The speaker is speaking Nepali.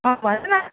अँ भन न